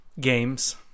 Games